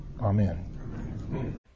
Amen